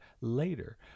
later